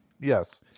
Yes